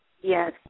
Yes